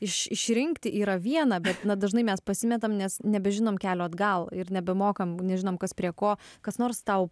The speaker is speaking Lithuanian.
iš išrinkti yra viena bet dažnai mes pasimetam nes nebežinom kelio atgal ir nebemokam nežinom kas prie ko kas nors tau